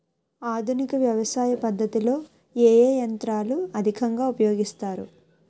ఆధునిక వ్యవసయ పద్ధతిలో ఏ ఏ యంత్రాలు అధికంగా ఉపయోగిస్తారు?